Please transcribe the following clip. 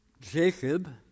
Jacob